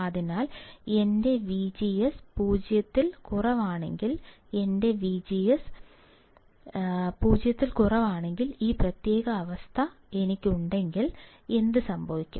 അതിനാൽ എന്റെ വിജിഎസ് 0 ൽ കുറവാണെങ്കിൽ എന്റെ വിജിഎസ് 0 ൽ കുറവാണെങ്കിൽ ഈ പ്രത്യേക അവസ്ഥ എനിക്കുണ്ടെങ്കിൽ എന്ത് സംഭവിക്കും